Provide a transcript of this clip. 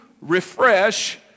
refresh